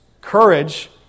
Courage